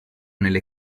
nelle